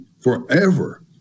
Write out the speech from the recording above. forever